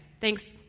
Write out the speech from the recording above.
Thanks